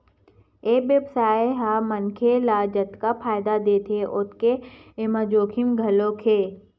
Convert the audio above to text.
ए बेवसाय ह मनखे ल जतका फायदा देथे ओतके एमा जोखिम घलो हे